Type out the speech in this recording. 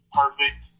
perfect